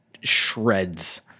shreds